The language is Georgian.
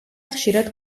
ხშირად